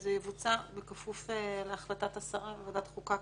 זה יבוצע בכפוף להחלטת השרה בוועדת חוקה,